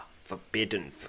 forbidden